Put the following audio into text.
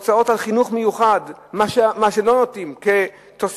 הוצאות על חינוך מיוחד, מה שלא נותנים, כתוספת,